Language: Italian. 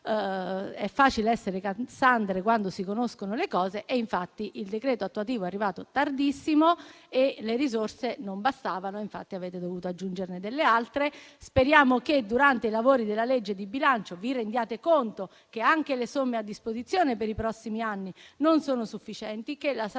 È facile essere Cassandre quando si conoscono le cose, e infatti il decreto attuativo è arrivato tardissimo e le risorse non bastavano, tanto che avete dovuto aggiungerne delle altre. Speriamo che, durante i lavori della legge di bilancio, vi rendiate conto che anche le somme a disposizione per i prossimi anni non sono sufficienti; che la salute